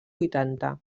vuitanta